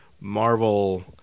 Marvel